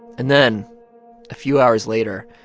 and then a few hours later,